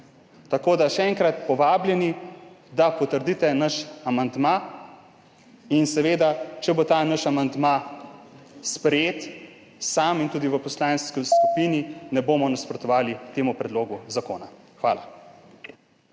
tako da še enkrat povabljeni, da potrdite naš amandma. Če bo ta naš amandma sprejet, sam in tudi v poslanski skupini seveda ne bomo nasprotovali temu predlogu zakona. Hvala.